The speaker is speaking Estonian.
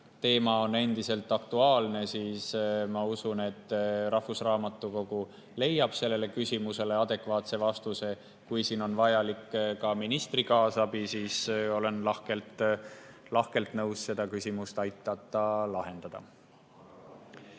teema on endiselt aktuaalne, siis ma usun, et rahvusraamatukogu leiab sellele küsimusele adekvaatse vastuse. Kui siin on vajalik ka ministri kaasabi, siis olen lahkelt nõus aitama seda küsimust lahendada. See,